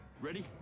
Ready